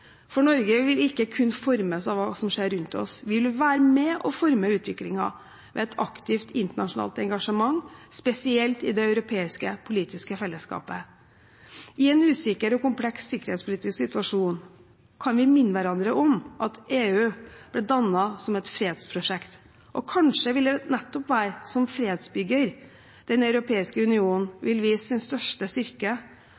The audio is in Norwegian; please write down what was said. For Norge vil ikke kunne formes av hva som skjer rundt oss. Vi vil være med og forme utviklingen ved et aktivt internasjonalt engasjement, spesielt i det europeiske politiske fellesskapet. I en usikker og kompleks sikkerhetspolitisk situasjon kan vi minne hverandre om at EU ble dannet som et fredsprosjekt. Kanskje vil det nettopp være som fredsbygger Den europeiske union vil vise sin største styrke